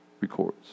records